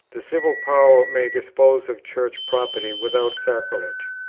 the civil power may dispose of church property without sacrilege.